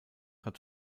hat